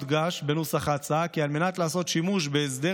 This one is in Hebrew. הודגש בנוסח ההצעה כי על מנת לעשות שימוש בהסדר